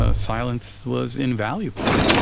ah silence was invaluable,